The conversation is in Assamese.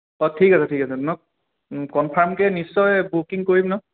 অঁ ঠিক আছে ঠিক আছে ন কনফাৰ্মকে নিশ্চয় বুকিং কৰিম ন